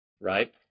right